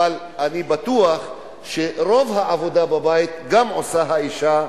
אבל אני בטוח שאת רוב העבודה בבית גם עושה האשה,